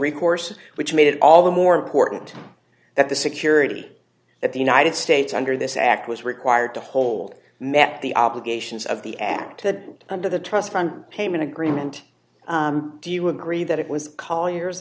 recourse which made it all the more important that the security at the united states under this act was required to hold met the obligations of the acted under the trust fund payment agreement do you agree that it was coll